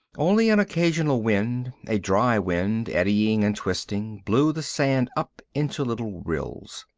only an occasional wind, a dry wind eddying and twisting, blew the sand up into little rills.